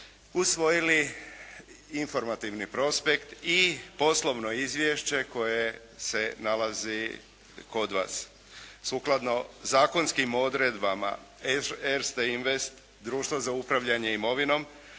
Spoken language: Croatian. usvojili informativni prospekt i poslovno Izvješće koje se nalazi kod vas. Sukladno zakonskim odredbama …/Govornik se ne razumije./… Erste invest, društvo za upravljanje imovinom